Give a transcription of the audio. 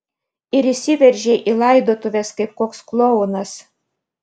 ir įsiveržei į laidotuves kaip koks klounas